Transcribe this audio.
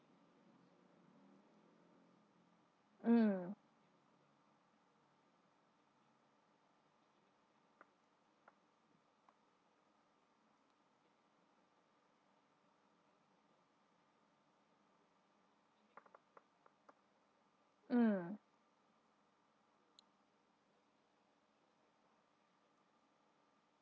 mm mm